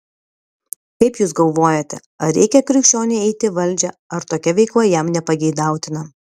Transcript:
kaip jūs galvojate ar reikia krikščioniui eiti į valdžią ar tokia veikla jam nepageidautina